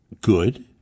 good